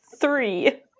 three